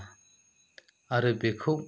आरो बेखौ